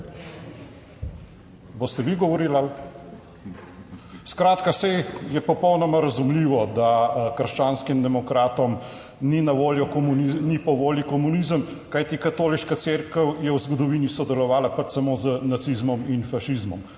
Boste vi govorili? Skratka, saj je popolnoma razumljivo, da krščanskim demokratom ni na voljo, ni po volji komunizem, kajti katoliška cerkev je v zgodovini sodelovala pač samo z nacizmom in fašizmom,